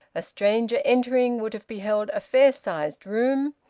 a stranger entering would have beheld a fair-sized room,